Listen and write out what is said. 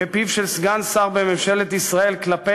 מפיו של סגן שר בממשלת ישראל כלפי